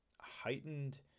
heightened